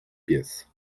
pies